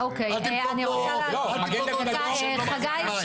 אל תמכור פה -- שנייה,